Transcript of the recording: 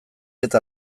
eta